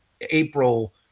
april